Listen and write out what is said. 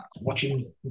Watching